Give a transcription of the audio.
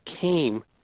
came